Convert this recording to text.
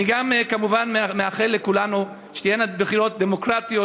אני גם כמובן מאחל לכולנו שתהיינה בחירות דמוקרטיות,